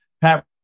Pat